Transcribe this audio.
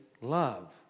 love